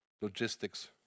logistics